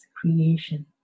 creation